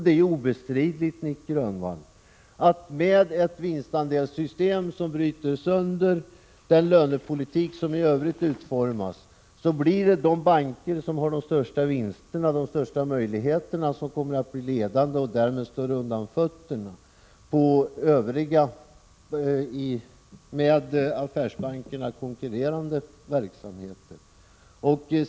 Det är ju obestridligt, Nic Grönvall, att det med ett vinstandelssystem som bryter sönder den lönepolitik som i övrigt utformas blir det de banker som har de största vinsterna och de största möjligheterna som kommer att bli ledande och som därmed slår undan fötterna på övriga, med affärsbankerna konkurrerande verksamheter.